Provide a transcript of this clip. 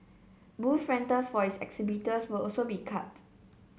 booth rentals for its exhibitors will also be cut